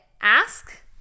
ask